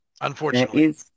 unfortunately